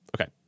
okay